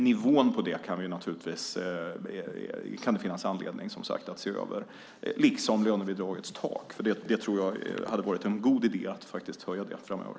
Nivån på det kan det som sagt finnas anledning att se över liksom lönebidragets tak, för jag tror att det skulle vara en god idé att faktiskt höja det framöver.